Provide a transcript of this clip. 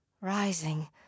rising